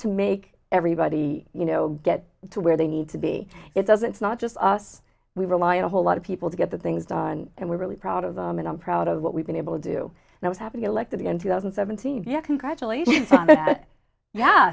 to make everybody you know get to where they need to be it doesn't not just us we rely a whole lot of people to get the things done and we're really proud of them and i'm proud of what we've been able to do now is having elected in two thousand seventeen yeah congratulate yeah